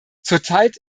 zurzeit